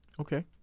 Okay